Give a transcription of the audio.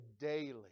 daily